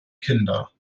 kinder